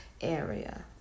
area